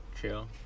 Chill